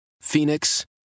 Phoenix